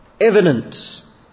evidence